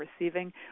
receiving